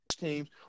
teams